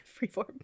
Freeform